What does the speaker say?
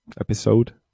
episode